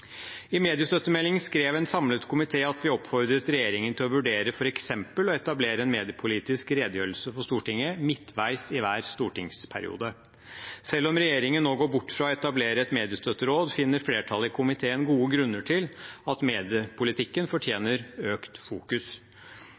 skrev en samlet komité at vi oppfordrer regjeringen til å vurdere f.eks. å etablere en mediepolitisk redegjørelse for Stortinget midtveis i hver stortingsperiode. Selv om regjeringen nå går bort fra å etablere et mediestøtteråd, finner flertallet i komiteen gode grunner til at mediepolitikken fortjener økt fokus.